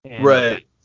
Right